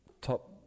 top